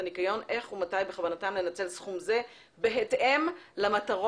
הניקיון איך ומתי בכוונתם לנצל סכום זה בהתאם למטרות